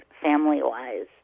family-wise